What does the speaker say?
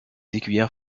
écuyères